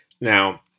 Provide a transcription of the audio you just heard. Now